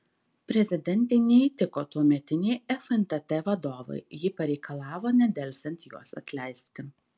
prezidentei neįtiko tuometiniai fntt vadovai ji pareikalavo nedelsiant juos atleisti